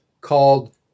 called